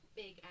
big